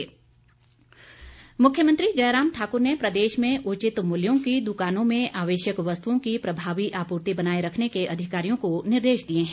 मुख्यमंत्री मुख्यमंत्री जयराम ठाक्र ने प्रदेश में उचित मूल्यों की दुकानों में आवश्यक वस्तुओं की प्रभावी आपूर्ति बनाए रखने के अधिकारियों को निर्देश दिए हैं